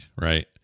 Right